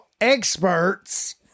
experts